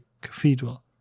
cathedral